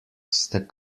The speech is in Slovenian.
ste